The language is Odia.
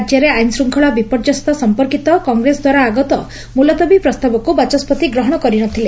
ରାକ୍ୟରେ ଆଇନଶୃଙ୍ଖଳା ବିପର୍ଯ୍ୟସ୍ତ ସଂପର୍କିତ କଂଗ୍ରେସ ଦ୍ୱାରା ଆଗତ ମୁଲତବୀ ପ୍ରସ୍ତାବକୁ ବାଚସ୍ୱତି ଗ୍ରହଶ କରିନଥିଲେ